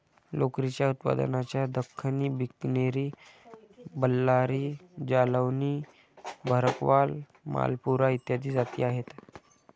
लोकरीच्या उत्पादनाच्या दख्खनी, बिकनेरी, बल्लारी, जालौनी, भरकवाल, मालपुरा इत्यादी जाती आहेत